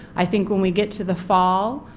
i think when we get to the fall,